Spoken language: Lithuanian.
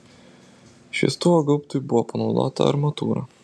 šviestuvo gaubtui buvo panaudota armatūra